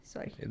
Sorry